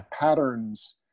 patterns